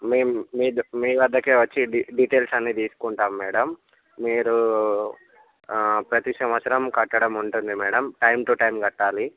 మేము మీ మీ వద్దకే వచ్చి డీ డీటెయిల్స్ అన్నీ తీసుకుంటాం మేడం మీరు ప్రతి సంవత్సరం కట్టడం ఉంటుంది మేడం టైం టు టైం కట్టాలి